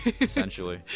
essentially